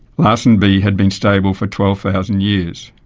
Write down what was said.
larsen b had been stable for twelve thousand years.